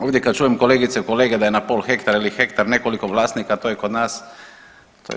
Ovdje kad čujem kolegice i kolege da je na pol hektara ili hektar nekoliko vlasnika to je kod nas super.